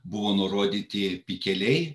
buvo nurodyti pikeliai